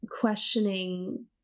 questioning